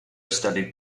studied